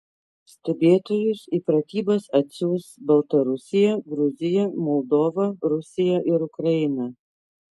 stebėtojus į pratybas atsiųs baltarusija gruzija moldova rusija ir ukraina